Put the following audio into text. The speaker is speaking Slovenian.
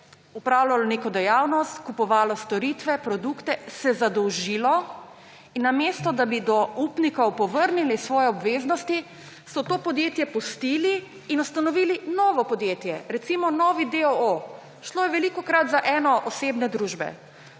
opravljalo neko dejavnost, kupovalo storitve, produkte, se zadolžilo in namesto da bi do upnikov povrnili svoje obveznosti, so to podjetje pustili in ustanovili novo podjetje, recimo novi deoo. Šlo je velikokrat za enoosebne družbe.